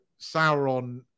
Sauron